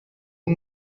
who